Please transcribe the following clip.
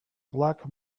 black